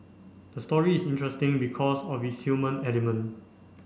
the story is interesting because of its human element